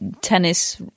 tennis